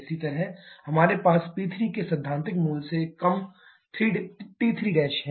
इसी तरह यहाँ हमारे पास P3 के सैद्धांतिक मूल्य से कम T3' है